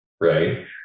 right